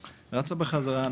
רצה בחזרה לאוטובוס,